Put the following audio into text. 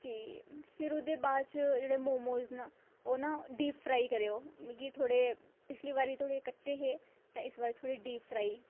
ठीक ऐ फिर उ'दे बाच जेह्ड़े मोमोज न ओह् ना डिप फ्राई करेओ मिगी थोह्ड़े पिछले बारी थोह्ड़े कच्चे हे ते इस बारी थोह्ड़े डिप फ्राई करेओ